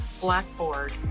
Blackboard